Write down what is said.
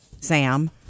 Sam